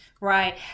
Right